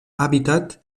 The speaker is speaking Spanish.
hábitat